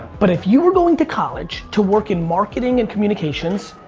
but if you're going to college to work in marketing and communications,